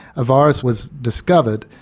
a virus was discovered,